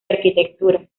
arquitectura